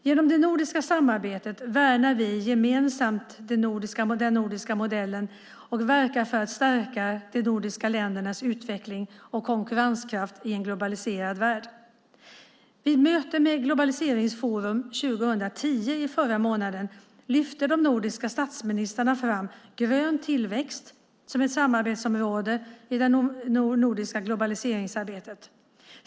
Genom det nordiska samarbetet värnar vi gemensamt den nordiska modellen och verkar för att stärka de nordiska ländernas utveckling och konkurrenskraft i en globaliserad värld. Vid möte med Globaliseringsforum 2010 i förra månaden lyfte de nordiska statsministrarna fram grön tillväxt som ett samarbetsområde i det nordiska globaliseringsarbetet.